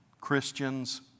Christians